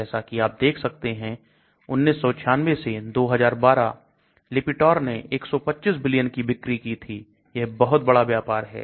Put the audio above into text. जैसा कि आप देख सकते हैं 1996 से 2012 Lipitor ने 125 बिलियन की बिक्री की थी यह बहुत बड़ा व्यापार है